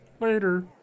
Later